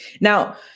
Now